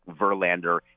Verlander